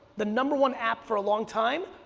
the number one app for a long time,